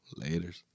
Laters